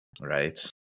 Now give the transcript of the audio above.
Right